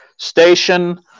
Station